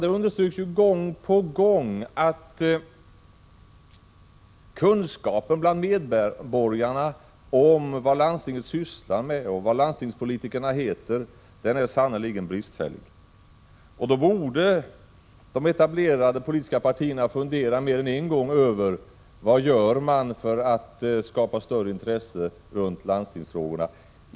Det understryks ju gång på gång att kunskapen bland medborgarna om vad landstinget sysslar med, och vad landstingsparlamentarikerna heter, sannerligen är bristfällig. Då borde de etablerade politiska partierna fundera mer än en gång över vad man kan göra för att skapa större intresse kring landstingsfrågorna.